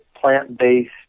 plant-based